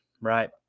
right